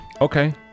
Okay